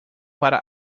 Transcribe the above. para